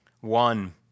One